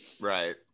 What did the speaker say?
right